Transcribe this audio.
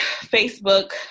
facebook